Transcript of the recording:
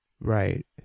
Right